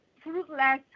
fruitless